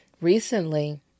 recently